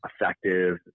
effective